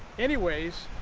anyways,